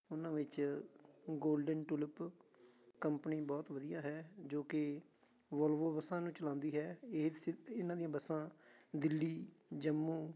ਉਹਨਾਂ ਵਿੱਚ Golden Tulip company ਬਹੁਤ ਵਧੀਆ ਹੈ ਜੋ ਕਿ ਵੋਲਵੋ ਬੱਸਾਂ ਨੂੰ ਚਲਾਉਂਦੀ ਹੈ ਇਸ ਸ ਇਹਨਾਂ ਦੀਆਂ ਬੱਸਾਂ ਦਿੱਲੀ ਜੰਮੂ